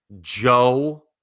Joe